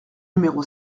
numéro